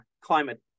climate